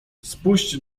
spuść